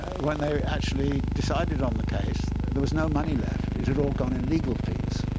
when they actually decided on the case, there was no money left. it had all gone in legal fees.